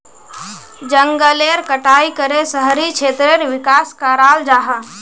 जनगलेर कटाई करे शहरी क्षेत्रेर विकास कराल जाहा